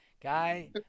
guy